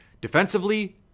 defensively